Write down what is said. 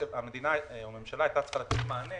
המדינה או הממשלה הייתה צריכה לתת מענה